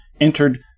entered